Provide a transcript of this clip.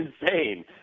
insane